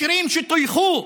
מקרים שטויחו.